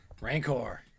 Rancor